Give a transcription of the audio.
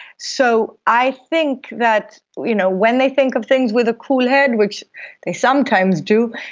so i think that you know when they think of things with a cool head, which they sometimes do,